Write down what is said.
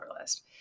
list